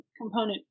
component